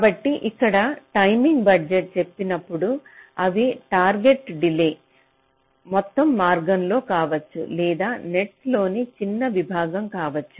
కాబట్టి ఇక్కడ టైమింగ్ బడ్జెట్లు చెప్పినప్పుడు అవి టార్గెట్ డిలే మొత్తం మార్గం లో కావచ్చు లేదా నెట్స్ లోని చిన్న విభాగం కావచ్చు